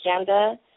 agenda